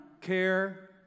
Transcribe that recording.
care